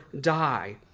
die